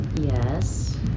Yes